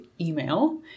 email